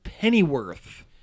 Pennyworth